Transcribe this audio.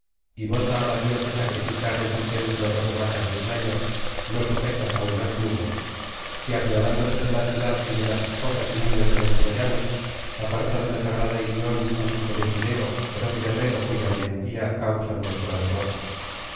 y vota á la diosa sacrificar en su templo doce vacas de un año no sujetas aún al yugo si apiadándose de la ciudad y de las esposas y niños de los troyanos aparta de la sagrada ilion al hijo de tideo feroz guerrero cuya valentía causanuestra derrota